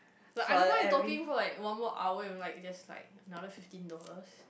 like I don't mind talking for like one more hour you know like if there's like another fifteen dollars